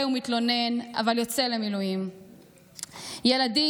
ומתלונן אבל יוצא למילואים // ילדים,